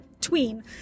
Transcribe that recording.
tween